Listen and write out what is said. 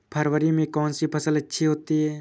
फरवरी में कौन सी फ़सल अच्छी होती है?